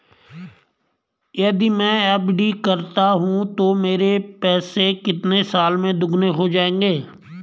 यदि मैं एफ.डी करता हूँ तो मेरे पैसे कितने साल में दोगुना हो जाएँगे?